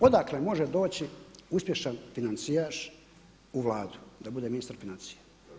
Odakle može doći uspješan financijaš u Vladu da bude ministar financija?